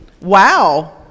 Wow